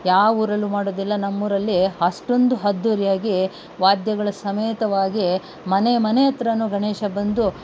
ಯಾವೂರಲ್ಲು ಮಾಡೋದಿಲ್ಲ ನಮ್ಮೂರಲ್ಲಿ ಅಷ್ಟೊಂದು ಅದ್ದೂರಿಯಾಗಿ ವಾದ್ಯಗಳ ಸಮೇತವಾಗಿ ಮನೆ ಮನೆ ಹತ್ರವು ಗಣೇಶ ಬಂದು